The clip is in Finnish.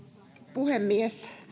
puhemies